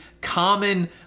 common